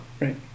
right